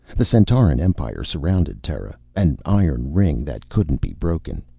the centauran empire surrounded terra, an iron ring that couldn't be broken,